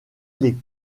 les